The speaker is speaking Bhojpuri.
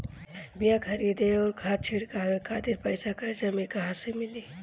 बीया खरीदे आउर खाद छिटवावे खातिर पईसा कर्जा मे कहाँसे मिली?